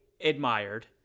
admired